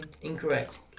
Incorrect